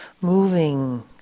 moving